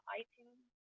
iTunes